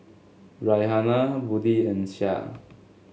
Raihana Budi and Syah